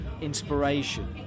inspiration